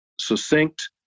succinct